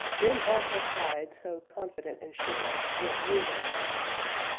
then all her pride, so confident and sure, went reeling down the dark.